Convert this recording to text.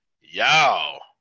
Y'all